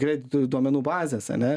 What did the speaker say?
kreditų duomenų bazės ane